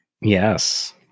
Yes